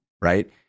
right